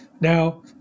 Now